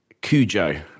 Cujo